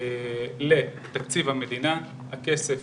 לתקציב המדינה, הכסף